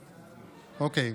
אוקיי.